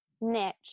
niche